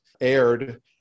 aired